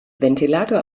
ventilator